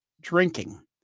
drinking